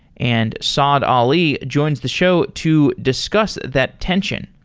and saad ali joins the show to discuss that tension.